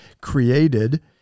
created